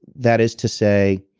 that is to say,